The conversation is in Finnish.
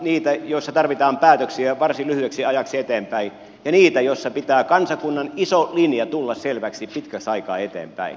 niitä joissa tarvitaan päätöksiä varsin lyhyeksi ajaksi eteenpäin ja niitä joissa pitää kansakunnan ison linjan tulla selväksi pitkäksi aikaa eteenpäin